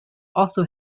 also